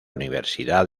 universidad